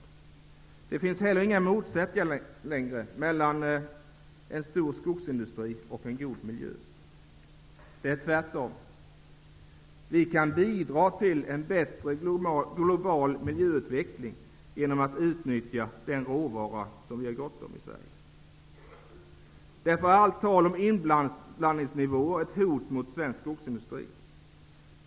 Vidare finns det inte längre några motsättningar mellan en stor skogsindustri och en god miljö, tvärtom. Vi kan ju bidra till en bättre global miljöutveckling genom att utnyttja en råvara som vi i Sverige har gott om. Därför är allt tal om inblandningsnivåer ett hot mot svensk skogsindustri.